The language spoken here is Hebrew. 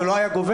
זה לא היה גובר?